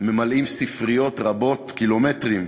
ממלאים ספריות רבות, קילומטרים,